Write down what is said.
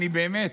באמת,